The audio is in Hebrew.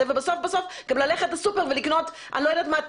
ובסוף בסוף גם ללכת לסופר ולקנות לא יודעת מה,